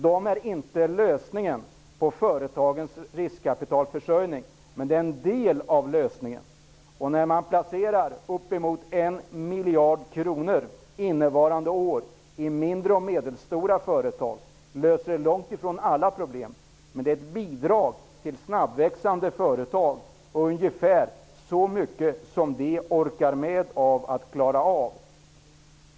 De är inte lösningen på företagens riskkapitalförsörjning, men de är en del av lösningen. När man innevarande år placerar uppemot en miljard kronor i mindre och medelstora företag löser det långt ifrån alla problem, men det är ett bidrag till snabbväxande företag med ungefär så mycket att göra som de klarar av.